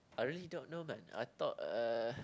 I really don't know the I thought uh